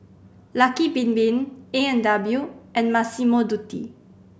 Lucky Bin Bin A And W and Massimo Dutti